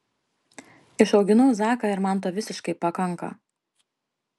išauginau zaką ir man to visiškai pakanka